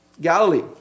Galilee